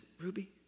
Ruby